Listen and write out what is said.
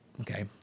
Okay